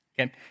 Okay